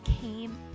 came